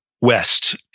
west